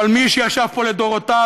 אבל מי שישב פה לדורותיו,